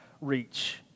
reach